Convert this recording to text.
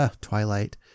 Twilight